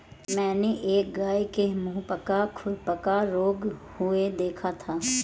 मैंने एक गाय के मुहपका खुरपका रोग हुए देखा था